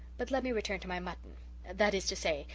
but let me return to my mutton that is to say,